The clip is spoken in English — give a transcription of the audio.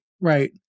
right